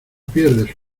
pierdes